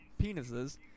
penises